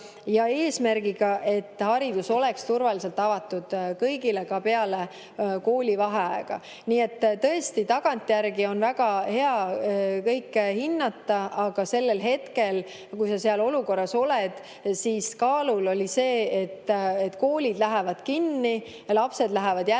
ja eesmärgiga, et haridus oleks turvaliselt avatud kõigile ka peale koolivaheaega. Nii et tõesti, tagantjärgi on väga hea kõike hinnata, aga sellel hetkel selles olukorras oli kaalul see, et koolid lähevad kinni, lapsed lähevad jälle